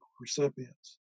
recipients